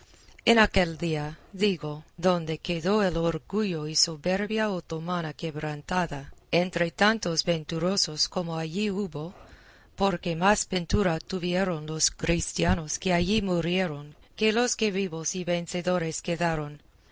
en aquel día digo donde quedó el orgullo y soberbia otomana quebrantada entre tantos venturosos como allí hubo porque más ventura tuvieron los cristianos que allí murieron que los que vivos y vencedores quedaron